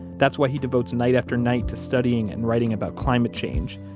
that's why he devotes night after night to studying and writing about climate change.